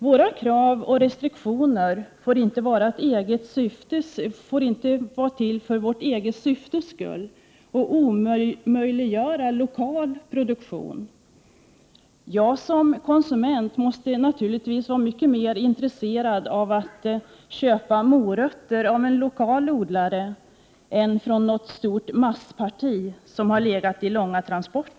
Våra krav och restriktioner får inte vara till enbart för våra egna syften. De får inte omöjliggöra lokal produktion. Jag som konsument måste naturligtvis vara mycket mer intresserad av att köpa morötter av en lokal odlare än av att köpa morötter från ett stort massparti som har transporterats långa vägar.